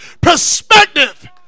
perspective